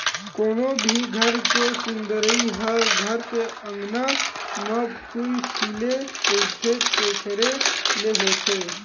कोनो भी घर के सुंदरई ह घर के अँगना म फूल खिले रहिथे तेखरे ले होथे